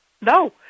No